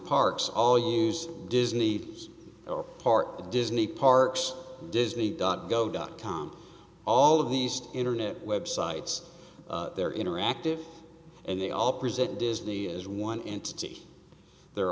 parks all use disney these are part disney parks disney dot go dot com all of these internet websites they're interactive and they all present disney as one entity they're